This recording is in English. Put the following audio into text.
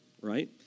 right